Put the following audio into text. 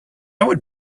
would